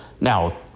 now